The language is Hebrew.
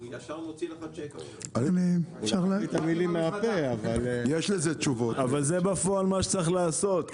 אבל זה בפועל מה שצריך לעשות,